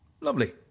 Lovely